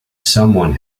someone